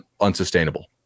unsustainable